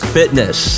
fitness